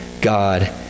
God